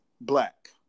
black